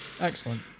Excellent